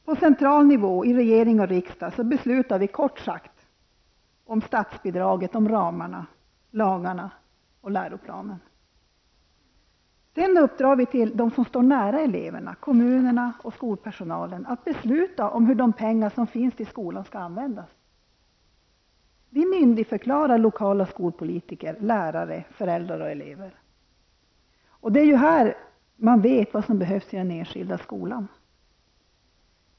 På central nivå, i regering och riksdag beslutar vi kort sagt om statsbidraget, ramarna, lagarna och läroplanen. Sedan uppdrar vi till dem som står nära eleverna, kommunera och skolpersonalen, att besluta om de pengar som finns i skolan skall användas. Vi myndigförklarar lokala skolpolitiker, lärare, föräldrar och elever. Det är ju här man vet vad som behövs i den enskilda skolan.